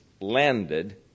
landed